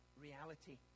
reality